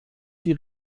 die